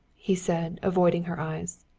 he said, avoiding her eyes.